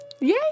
Yay